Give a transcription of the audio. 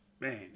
man